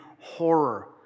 horror